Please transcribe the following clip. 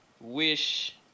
wish